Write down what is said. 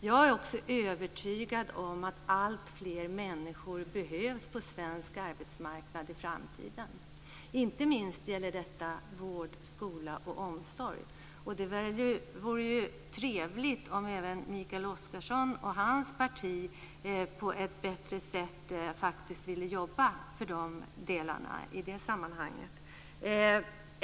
Jag är också övertygad om att alltfler människor behövs på svensk arbetsmarknad i framtiden. Inte minst gäller detta vård, skola och omsorg. Det vore trevligt om även Mikael Oscarsson och hans parti på ett bättre sätt ville jobba för de delarna i det sammanhanget.